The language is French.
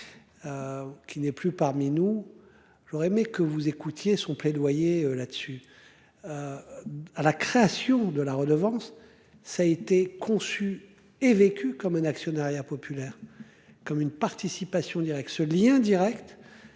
Qui n'est plus parmi nous. J'aurais aimé que vous écoutiez son plaidoyer là-dessus. À la création de la redevance. Ça a été conçu et vécu comme un actionnariat populaire. Comme une participation directe ce lien Direct.